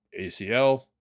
ACL